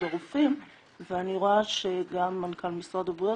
הרופאים ואני רואה שגם מנכ"ל משרד הבריאות,